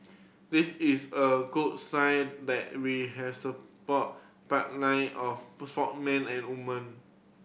this is a good sign that we has a pipeline of and woman